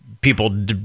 people